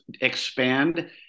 expand